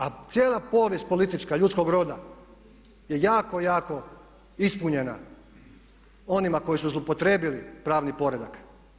A cijela povijest politička ljudskog roda je jako, jako ispunjena onima koji su zloupotrijebili pravni poredak.